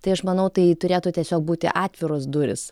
tai aš manau tai turėtų tiesiog būti atviros durys